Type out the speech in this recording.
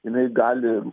jinai gali